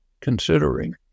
considering